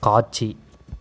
காட்சி